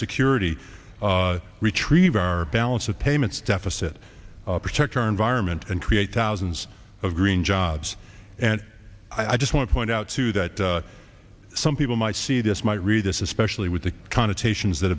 security retrieve our balance of payments deficit protect our environment and create thousands of green jobs and i just want to point out too that some people might see this might read this especially with the connotations that